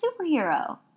superhero